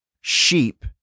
sheep